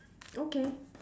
okay